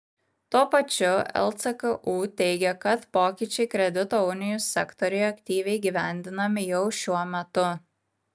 tuo pačiu lcku teigia kad pokyčiai kredito unijų sektoriuje aktyviai įgyvendinami jau šiuo metu